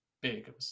big